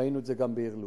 ראינו את זה גם בעיר לוד,